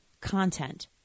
Content